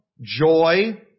joy